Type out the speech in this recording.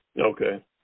Okay